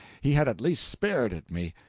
he had at least spared it me.